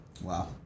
wow